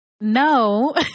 no